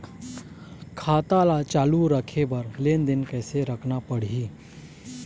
खाता ला चालू रखे बर लेनदेन कैसे रखना पड़ही?